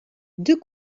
deux